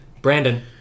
Brandon